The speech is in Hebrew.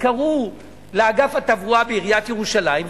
וקראו לאגף התברואה בעיריית ירושלים,